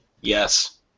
Yes